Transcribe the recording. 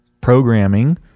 programming